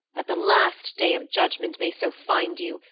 that the last day of judgment may so find you,